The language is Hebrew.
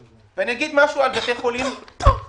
11:23) ואני אגיד משהו על בתי החולים בנצרת: